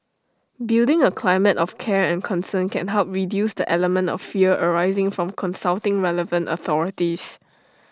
building A climate of care and concern can help reduce the element of fear arising from consulting relevant authorities